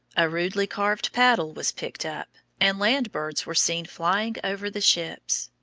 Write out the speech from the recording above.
a rudely carved paddle was picked up, and land birds were seen flying over the ships.